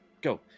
go